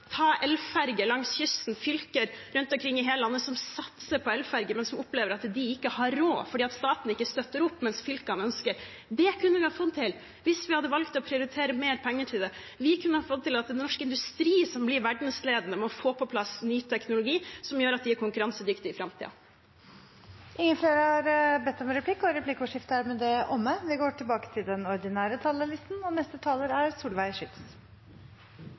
Ta elferger langs kysten: fylker rundt omkring i hele landet satser på elferger, men opplever at de ikke har råd fordi staten ikke støtter opp, mens fylkene ønsker det. Det kunne vi ha fått til hvis vi hadde valgt å prioritere mer penger til det. Vi kunne ha fått norsk industri til å bli verdensledende ved å få på plass ny teknologi som gjør at de er konkurransedyktige i framtiden. Replikkordskiftet er omme. På vegne av Venstre vil jeg takke for godt samarbeid om å få på plass budsjettet – og en særlig takk til Høyres Henrik Asheim for godt lederskap i budsjettforhandlingene og